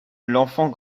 l’enfant